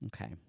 Okay